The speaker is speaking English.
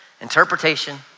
interpretation